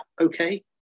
okay